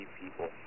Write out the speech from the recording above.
people